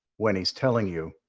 when he's telling you